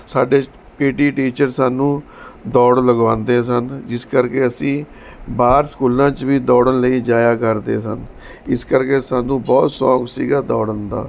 ਸਾਡੇ P T teacher ਸਾਨੂੰ ਦੌੜ ਲਗਵਾਉਂਦੇ ਸਨ ਜਿਸ ਕਰਕੇ ਅਸੀਂ ਬਾਹਰ ਸਕੂਲਾਂ 'ਚ ਵੀ ਦੌੜਨ ਲਈ ਜਾਇਆ ਕਰਦੇ ਸਨ ਇਸ ਕਰਕੇ ਸਾਨੂੰ ਬਹੁਤ ਸ਼ੌਂਕ ਸੀ ਦੌੜਨ ਦਾ